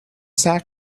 bên